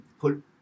put